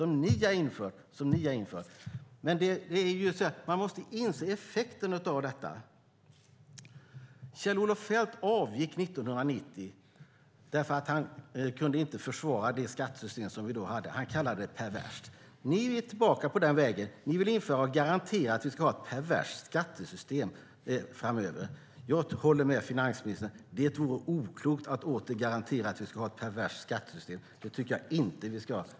Man måste inse effekterna. Kjell-Olof Feldt avgick 1990 därför att han inte kunde försvara skattesystemet. Han kallade det perverst. Ni är tillbaka på den vägen. Ni vill införa ett garanterat perverst skattesystem. Jag håller med finansministern om att det vore oklokt att åter garantera ett perverst skattesystem. Det tycker jag inte att vi ska ha.